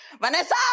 Vanessa